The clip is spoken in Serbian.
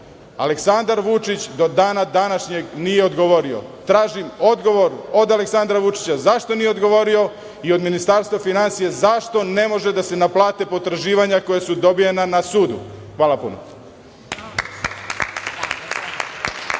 blokira. Aleksandar Vučić do dana današnjeg nije odgovorio i ja tražim odgovor od Aleksandra Vučića zašto nije odgovorio i od Ministarstva finansija zašto ne mogu da se naplate potraživanja koja su dobijana na sudu. Hvala lepo.